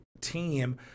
team